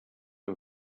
him